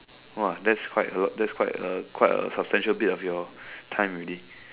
that's quite a lot that's quite a quite a substantial bit of your time already